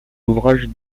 ouvrages